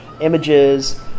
images